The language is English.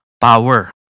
power